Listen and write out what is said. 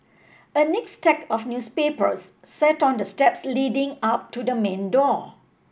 a neat stack of newspapers sat on the steps leading up to the main door